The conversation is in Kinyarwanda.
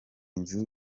nzu